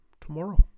tomorrow